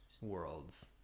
worlds